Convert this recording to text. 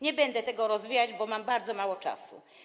Nie będę tego rozwijać, bo mam bardzo mało czasu.